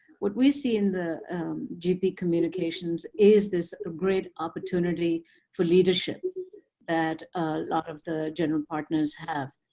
what we see in the gp communications is this ah great opportunity for leadership that a lot of the general partners have.